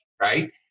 right